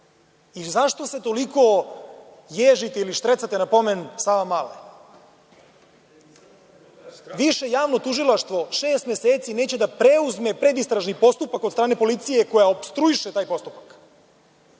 se toliko ježite ili štrecate na pomen Savamale? Više javno tužilaštvo šest meseci neće da preuzme predistražni postupak od strane policije koja opstruiše taj postupak.